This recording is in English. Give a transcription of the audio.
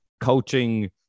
coaching